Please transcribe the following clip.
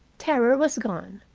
terror was gone.